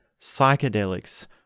psychedelics